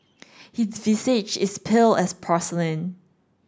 his visage is pale as porcelain